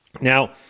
Now